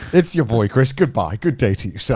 it's your boy, chris. goodbye. good day to you, so